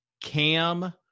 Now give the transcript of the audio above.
Cam